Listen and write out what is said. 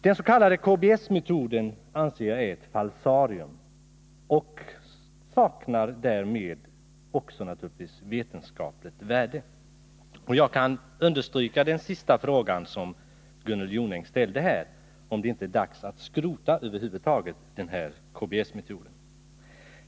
Den s.k. KBS-metoden är ett falsarium och saknar därmed naturligtvis vetenskapligt värde. Jag kan understryka den sista frågan som Gunnel Jonäng ställde, nämligen om det inte är dags att över huvud taget skrota KBS-metoden.